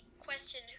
Question